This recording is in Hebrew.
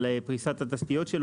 על פריסת התשתיות שלו.